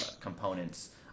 components